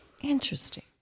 Interesting